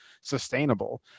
sustainable